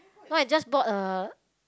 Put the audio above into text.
why you just bought a